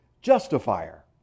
justifier